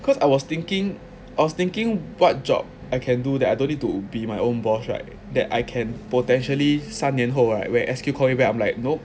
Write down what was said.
cause I was thinking I was thinking what job I can do that I don't need to be my own boss right that I can potentially 三年后 right where S_Q call me when I'm like nope